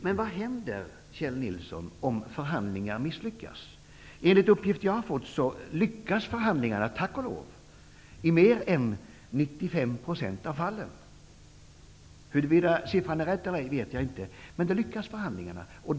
Men vad händer, Kjell Nilsson, om förhandlingar misslyckas? Enligt uppgift som jag har fått lyckas förhandlingarna, tack och lov, i mer än 95 % av fallen. Huruvida siffran är rätt eller ej, vet jag inte, men förhandlingarna lyckas.